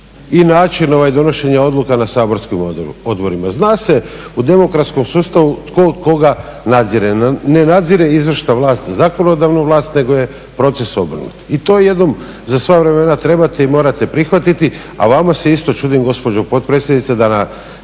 i način donošenja odluka na Saborskim odborima. Zna se u demokratskom sustavu tko koga nadzire, ne nadzire izvršna vlast zakonodavnu vlast, nego je proces obrnut. I to jednom za sva vremena trebate i morate prihvatiti, a vama se isto čudim gospođo potpredsjednice da na